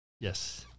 yes